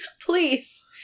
Please